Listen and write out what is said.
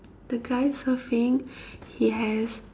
the guy surfing he has